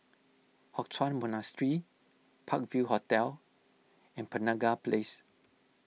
Hock Chuan Monastery Park View Hotel and Penaga Place